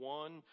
one